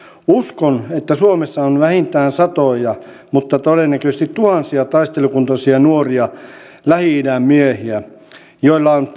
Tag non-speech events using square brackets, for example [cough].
uskon että suomessa on vähintään satoja mutta todennäköisesti tuhansia taistelukuntoisia nuoria lähi idän miehiä joilla on [unintelligible]